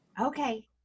Okay